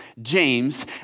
James